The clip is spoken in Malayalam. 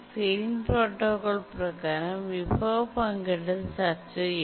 സീലിംഗ് പ്രോട്ടോക്കോൾ പ്രകാരം വിഭവ പങ്കിടൽ ചർച്ച ചെയ്യപ്പെടും